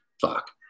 fuck